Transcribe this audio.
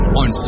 on